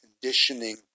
conditioning